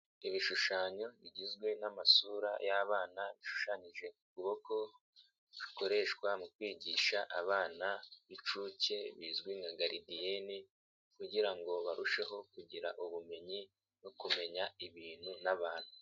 Ibishushanyo bigizwe n'amasura y'abana bishushanyije ku kuboko zikoreshwa mu kwigisha abana b'inshuke bizwi nka garidiyene kugira ngo barusheho kugira ubumenyi bwo kumenya ibintu n'abantu.